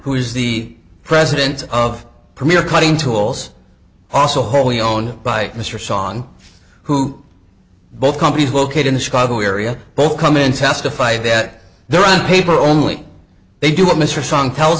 who is the president of premier cutting tools also wholly owned by mr song who both companies located in the chicago area both come in testify that they're on paper only they do what mr song tells